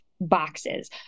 boxes